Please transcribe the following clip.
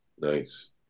Nice